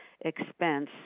expense